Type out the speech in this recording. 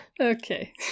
Okay